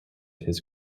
his